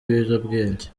ibiyobyabwenge